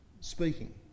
speaking